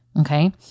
Okay